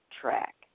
track